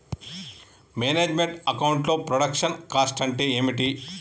Manage meant account లో production cost అంటే ఏమిటి?